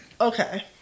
Okay